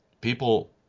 people